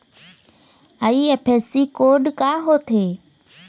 IFSC code का होथे?